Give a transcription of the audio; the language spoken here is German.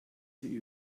sie